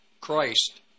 Christ